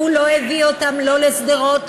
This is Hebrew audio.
הוא לא הביא אותם לא לשדרות,